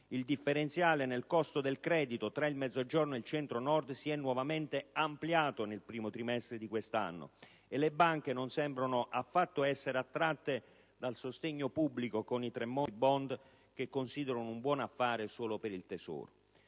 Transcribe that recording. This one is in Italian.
Il differenziale nel costo del credito tra il Mezzogiorno e il Centro-Nord si è nuovamente ampliato nel primo trimestre di quest'anno e le banche non sembrano affatto essere attratte dal sostegno pubblico con i Tremonti *bond*, che considerano un buon affare solo per il Tesoro.